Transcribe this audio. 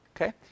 Okay